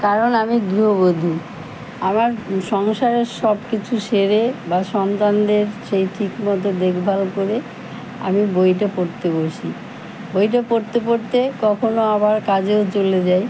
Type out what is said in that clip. কারণ আমি গৃহবধূ আমার সংসারের সবকিছু সেরে বা সন্তানদের সেই ঠিকমতো দেখভাল করে আমি বইটা পড়তে বসি বইটা পড়তে পড়তে কখনও আবার কাজেও চলে যাই